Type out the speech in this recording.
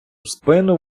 спину